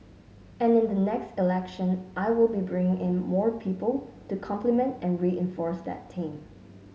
and in the next election I will be bringing in more people to complement and reinforce that team